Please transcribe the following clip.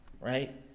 right